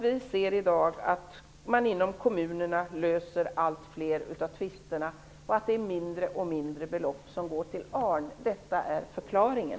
Vi ser i dag att man löser allt fler av tvisterna inom kommunerna och att de belopp som går till ARN blir mindre och mindre. Detta är förklaringen.